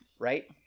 Right